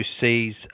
sees